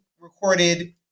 recorded